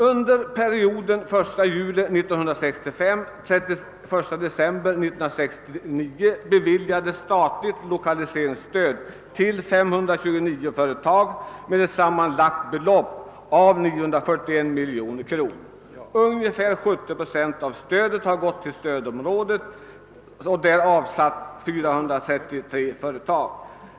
Under perioden 1 juli 1965—31 december 1969 beviljades statligt lokaliseringsstöd till 529 företag med ett sammanlagt belopp av 941 miljoner kronor. Ungefär 70 procent av stödet har gått till stödområdet och avsett 433 företag.